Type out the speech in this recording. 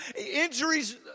Injuries